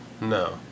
no